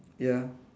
ya